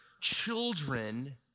children